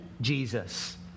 Jesus